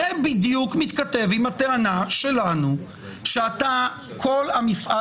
זה בדיוק מתכתב עם הטענה שלנו שכל המפעל